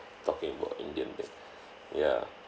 talking about indian place ya